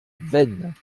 veynes